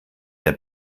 der